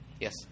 Yes